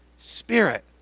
Spirit